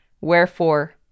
Wherefore